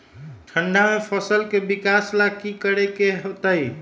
ठंडा में फसल के विकास ला की करे के होतै?